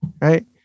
right